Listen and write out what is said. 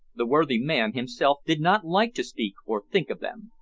the worthy man himself did not like to speak or think of them.